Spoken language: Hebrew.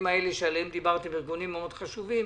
עליהם דיברת הם ארגונים מאוד חשובים,